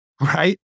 right